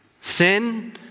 Sin